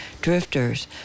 drifters